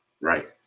Right